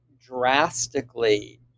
drastically